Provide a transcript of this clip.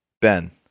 Ben